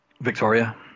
Victoria